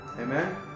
Amen